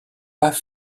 pas